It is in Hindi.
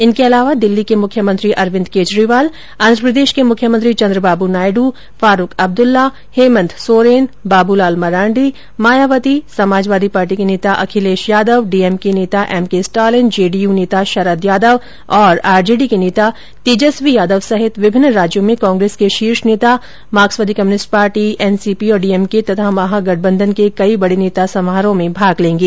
इनके अलावा दिल्ली के मुख्यमंत्री अरविंद केजरीवाल आंध्रप्रदेश के मुख्यमंत्री चन्द्रबाब् नायडू फारुख अब्दुल्ला हेमंत सोरेन बाबू लाल मरांडी मायावती समाजवादी पार्टी के नेता अखिलेश यादव डीएमके नेता एम के स्टालिन जेडीयू नेता शरद यादव और आरजेडी के नेता तेजस्वी यादव सहित विभिन्न राज्यों में कांग्रेस के शीर्ष नेता मार्कसवादी कम्युनिस्ट पार्टी एनसीपी और डीएमके तथा महागठबंधन के कई बड़े नेता समारोह में भाग लेंगे